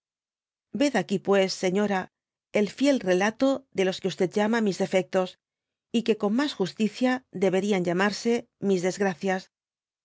ved aquí pues señora el fiel relato de los que llama mis defectos y que con mas justicia deberían damarse mis desgracias